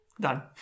done